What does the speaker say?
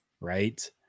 right